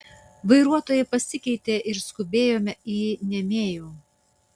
vairuotojai pasikeitė ir išskubėjome į niamėjų